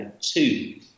two